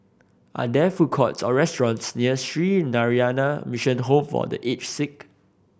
are there food courts or restaurants near Sree Narayana Mission Home for The Aged Sick